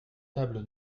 tables